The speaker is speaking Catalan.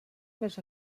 més